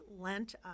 lent